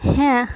হ্যাঁ